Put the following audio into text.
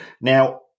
Now